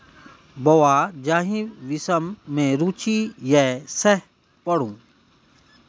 बौंआ जाहि विषम मे रुचि यै सैह पढ़ु